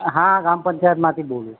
હા ગ્રામ પંચાયતમાંથી બોલું